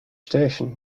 station